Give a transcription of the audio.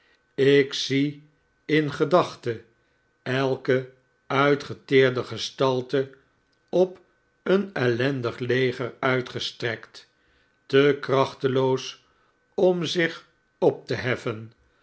ik zie in gedachte elke uitgeteerde gestalte op een ellendig leger uitgestrekt te krachteloos om zich op te heffen